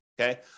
okay